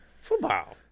football